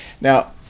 Now